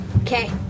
Okay